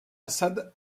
assad